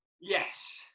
Yes